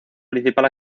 principal